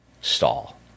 stall